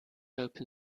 open